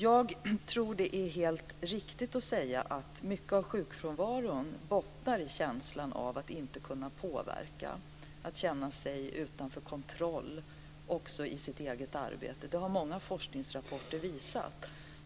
Jag tror att det är helt riktigt att säga att mycket av sjukfrånvaron bottnar i känslan av att inte kunna påverka, att känna sig utanför kontroll också i sitt eget arbete. Det har många forskningsrapporter visat.